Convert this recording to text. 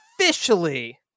officially